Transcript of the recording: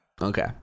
Okay